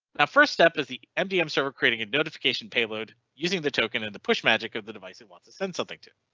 the first step is the mdm server creating a notification payload using the token in and the push magic of the device it wants to send something to.